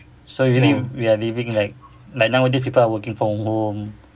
so we are living like like nowadays people are working from home